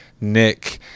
Nick